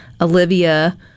Olivia